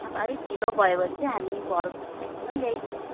अब अलिक ढिलो भयो भने चाहिँ हामी घरमै ल्याइदिन्छौँ